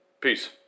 peace